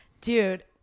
Dude